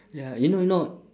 ya you know not